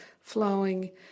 flowing